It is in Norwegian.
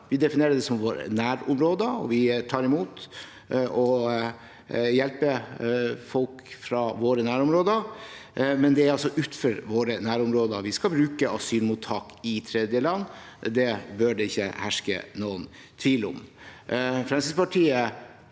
Vi definerer det som vårt nærområde, og vi tar imot og hjelper folk fra våre nærområder, men det er for folk fra utenfor våre nærområder vi skal bruke asylmottak i tredjeland. Det bør det ikke herske noen tvil om. Fremskrittspartiet